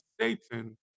Satan